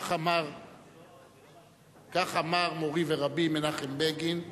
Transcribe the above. כך אמר מורי ורבי מנחם בגין.